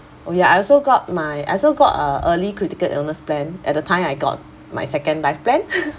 oh ya I also got my I also got a early critical illness plan at the time I got my second life plan